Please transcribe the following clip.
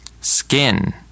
Skin